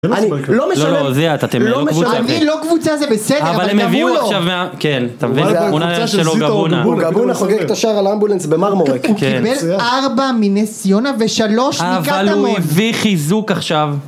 אני לא משלם, אני לא משלם, אני לא קבוצה זה בסדר, אבל תבואו לו, אבל הם הביאו עכשיו, כן, תביאו לו, אוגבונה היה שלא אוגבונה, אוגבונה חוגג את השער על האמבולנס במרמורק, כן, הוא קיבל 4 מנס ציונה ו3 מקטמון, אבל הוא הביא חיזוק עכשיו